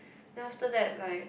then after that like